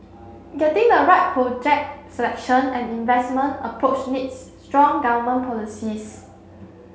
getting the right project selection and investment approach needs strong government policies